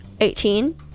Eighteen